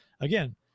again